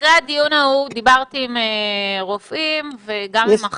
אחרי הדיון ההוא דיברתי עם רופאים ואחיות